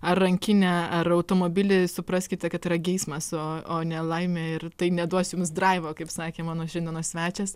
ar rankinę ar automobilį supraskite kad tai yra geismas o o nelaimė ir tai neduos jums draivo kaip sakė mano šiandienos svečias